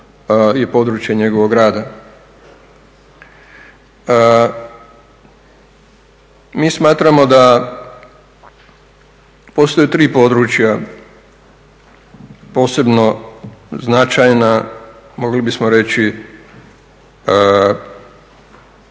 i područje njegovog rada. Mi smatramo da postoje tri područja, posebno značajna, mogli bismo reći